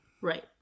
Right